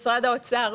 משרד האוצר,